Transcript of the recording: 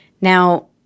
Now